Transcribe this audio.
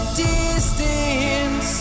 distance